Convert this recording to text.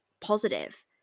positive